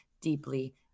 deeply